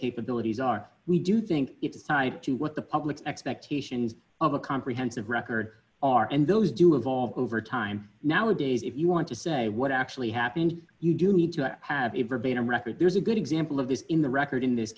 capabilities are we do think it's tied to what the public's expectations of a comprehensive record are and those do evolve over time nowadays if you want to say what actually happened you do need to have a verbatim record there's a good example of this in the record in this